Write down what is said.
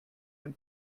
ein